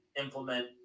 implement